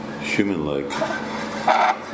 human-like